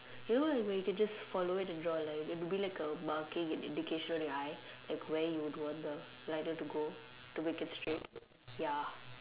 you know where you can just follow it and draw a line it'll be like a marking and indication on your eye like where you would want the eyeliner to go to make it straight ya